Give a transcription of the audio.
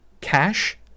cash